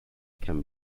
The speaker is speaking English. can